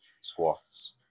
squats